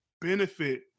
benefit